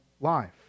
life